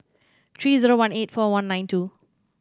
three zero one eight four one nine two